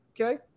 Okay